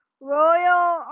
royal